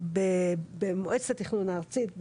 ובמועצת תכנון הארצית,